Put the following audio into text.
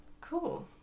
Cool